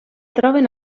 troben